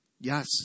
yes